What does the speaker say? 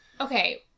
Okay